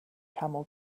camel